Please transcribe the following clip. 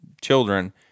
children